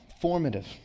formative